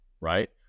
right